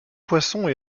poissons